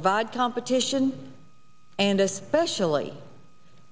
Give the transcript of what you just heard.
provide competition and especially